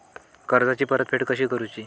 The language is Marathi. कर्जाची परतफेड कशी करूची?